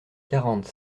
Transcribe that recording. quarante